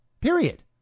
period